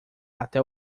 até